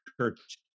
church